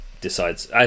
decides